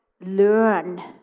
learn